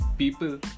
people